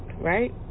right